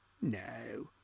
No